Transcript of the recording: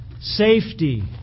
safety